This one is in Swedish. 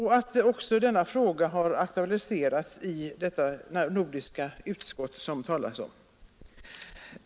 Saken har även aktualiserats i det samnordiska utskott som nämns i svaret.